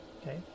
okay